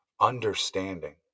understanding